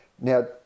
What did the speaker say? now